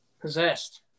possessed